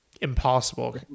impossible